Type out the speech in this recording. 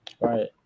Right